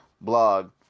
Blog